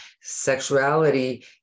sexuality